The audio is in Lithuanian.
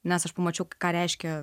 nes aš pamačiau ką reiškia